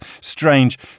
strange